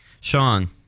Sean